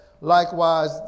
likewise